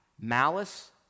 malice